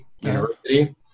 University